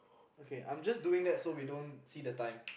okay I'm just doing that so we don't see the time